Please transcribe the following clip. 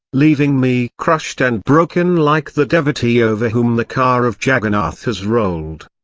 leaving me crushed and broken like the devotee over whom the car of jaggarnath has rolled.